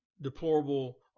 Deplorable